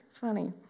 Funny